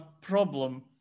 problem